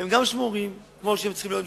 והם גם שמורים כמו שהם צריכים להיות שמורים.